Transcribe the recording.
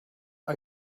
are